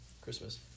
Christmas